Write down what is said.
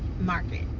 market